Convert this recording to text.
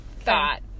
thought